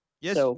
Yes